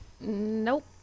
Nope